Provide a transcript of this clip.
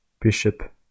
Bishop